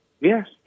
Yes